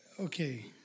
okay